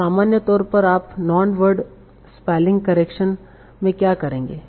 तो सामान्य तौर पर आप नॉन वर्ड स्पेलिंग करेक्शन में क्या करेंगे